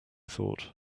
thought